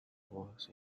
walls